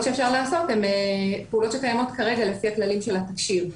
שאפשר לעשות הן פעולות שקיימות כרגע לפי הכללים של התקשי"ר.